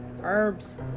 herbs